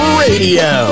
radio